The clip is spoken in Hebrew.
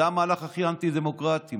זה המהלך הכי אנטי-דמוקרטי.